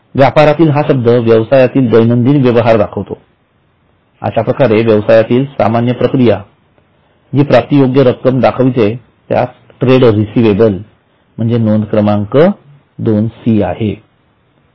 व्यापारातील हा शब्द व्यवसायातील दैनंदिन व्यवहार दर्शवितोअश्याप्रकारे व्यवसायातील सामान्य प्रक्रिया जी प्राप्तियोग्य रक्कम दाखविते त्यास ट्रेड रेसिव्हेबल म्हणजेच नोंद क्रमांक २ सी आहे